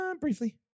Briefly